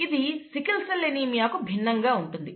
ఇది sickle cell anaemia కు భిన్నంగా ఉంటుంది